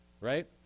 right